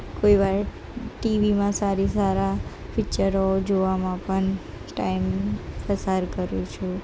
કોઈવાર ટીવીમાં સારી સારા પિકચરો જોવામાં પણ પન ટાઈમ પસાર કરું છું